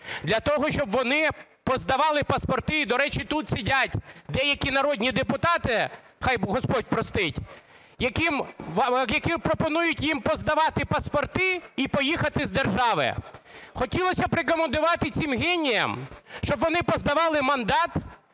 для того, щоб вони поздавали паспорти. І, до речі, тут сидять деякі народні депутати, хай господь простить, які пропонують їм поздавати паспорти і поїхати з держави. Хотілося б рекомендувати цим геніям, щоб вони поздавали мандат,